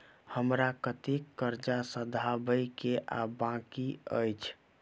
हमरा कतेक कर्जा सधाबई केँ आ बाकी अछि?